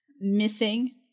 missing